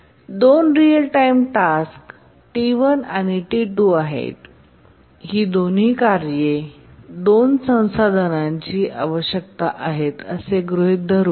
दोन real time task T1आणि T2 आहेत आणि ही दोन्ही कार्ये दोन संसाधनांची आवश्यकता आहेत असे गृहीत धरून